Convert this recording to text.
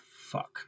fuck